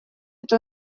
эту